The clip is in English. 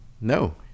no